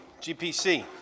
GPC